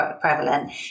prevalent